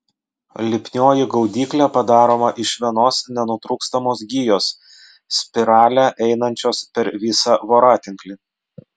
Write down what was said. lipnioji gaudyklė padaroma iš vienos nenutrūkstamos gijos spirale einančios per visą voratinklį